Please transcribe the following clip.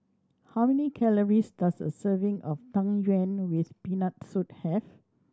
how many calories does a serving of Tang Yuen with Peanut Soup have